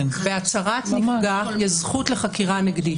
בהצהרת נפגע יש זכות לחקירה נגדית.